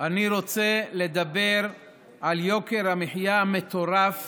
אני רוצה לדבר על יוקר המחיה המטורף